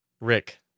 Rick